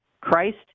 Christ